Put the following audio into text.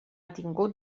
tingut